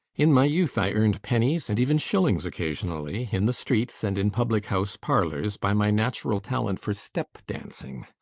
in my youth i earned pennies, and even shillings occasionally, in the streets and in public house parlors by my natural talent for stepdancing.